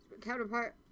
counterpart